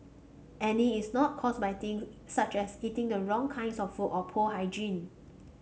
acne is not caused by things such as eating the wrong kinds of food or poor hygiene